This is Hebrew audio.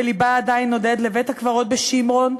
ולבה עדיין נודד לבית-הקברות בשימרון,